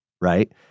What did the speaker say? right